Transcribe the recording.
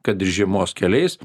kad ir žiemos keliais